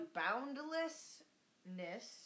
boundlessness